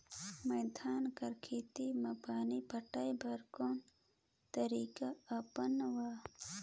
मैं धान कर खेती म पानी पटाय बर कोन तरीका अपनावो?